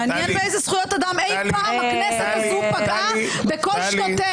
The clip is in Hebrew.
מעניין באיזה זכויות אדם אי פעם הכנסת הזאת פגעה בכל שנותיה.